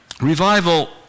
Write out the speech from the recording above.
revival